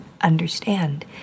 understand